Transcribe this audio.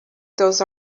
those